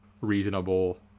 reasonable